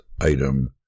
item